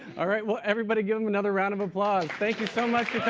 all right, well, everybody give them another round of applause. thank you so much